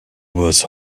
was